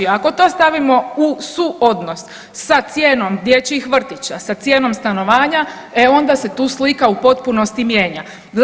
Ako to stavimo u suodnos sa cijenom dječjih vrtića, sa cijenom stanovanja, e onda se tu slika u potpunosti mijenja.